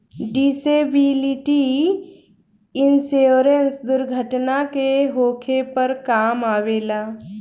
disability insurance दुर्घटना के होखे पर काम अवेला